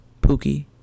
pookie